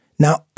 Now